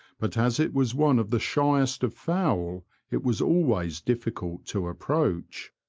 but as it was one of the shyest of fowl it was always difficult to approach.